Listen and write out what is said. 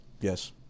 Yes